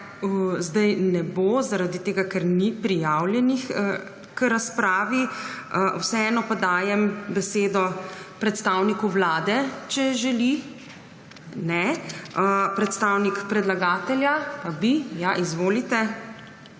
zdaj ne bo, zaradi tega ker ni prijavljenih k razpravi. Vseeno pa dajem besedo predstavniku Vlade, če želi. Ne. Predstavnik predlagatelja? Pa bi. Izvolite.